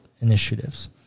initiatives